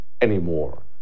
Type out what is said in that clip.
anymore